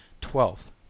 twelfth